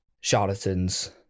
Charlatans